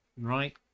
right